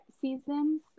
seasons